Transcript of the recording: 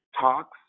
talks